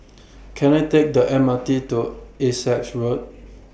Can I Take The M R T to Essex Road